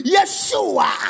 Yeshua